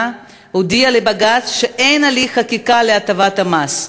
הודיעה לבג"ץ שאין הליך חקיקה להטבת המס.